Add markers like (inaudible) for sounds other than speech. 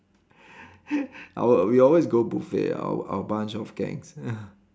(laughs) our we always go buffet our our bunch of gangs (laughs)